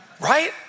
right